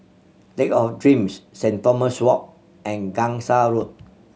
Lake of Dreams Saint Thomas Walk and Gangsa Road